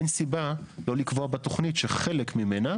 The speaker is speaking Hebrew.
אין סיבה לא לקבוע בתוכנית שחלק ממנה